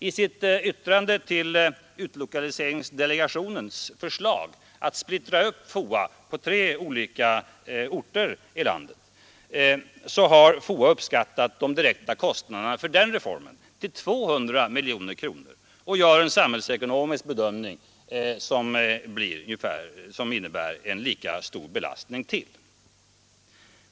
I sitt yttrande över utlokaliseringsdelegationens förslag att splittra upp FOA på tre olika orter har FOA uppskattat de direkta kostnaderna härför till 200 miljoner och gör en samhällsekonomisk bedömning som resulterar i ytterligare en ungefär lika stor belastning.